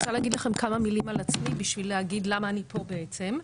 כמה מילים על עצמי בשביל להגיד למה אני פה בעצם.